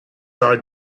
are